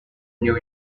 new